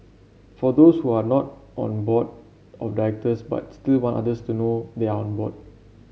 for those who are not on board of directors but still want others to know they are on board